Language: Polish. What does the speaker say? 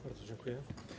Bardzo dziękuję.